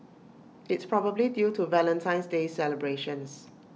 it's probably due to Valentine's day celebrations